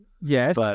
Yes